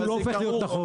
הוא לא הופך להיות נכון.